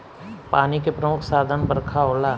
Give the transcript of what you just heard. पानी के प्रमुख साधन बरखा होला